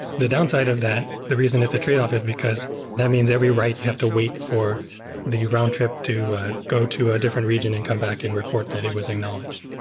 the downside of that, the reason it's a tradeoff is because that means every write you have to wait for the round trip to go to a different region and come back and report that it was acknowledged.